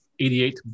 88